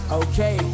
okay